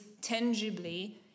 tangibly